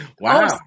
Wow